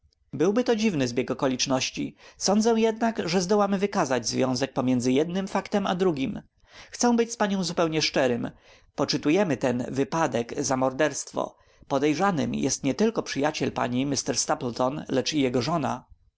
byłby to dziwny zbieg okoliczności sądzę jednak że zdołamy wykazać związek pomiędzy jednym faktem a drugim chcę być z panią zupełnie szczerym poczytujemy ten wypadek za morderstwo podejrzanym jest nietylko przyjaciel pani mr stapleton lecz i jego żona